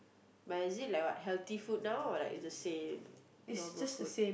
but is it like what healthy food now or like it's the same normal food